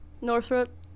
Northrop